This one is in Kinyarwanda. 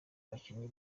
bakinnyi